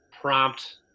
prompt